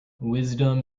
wisdom